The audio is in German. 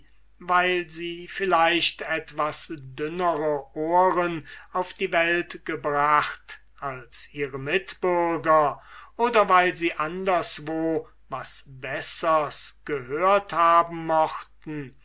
weil sie vielleicht etwas dümmere ohren auf die welt gebracht als ihre mitbürger oder weil sie anderswo was bessers gehört haben mochten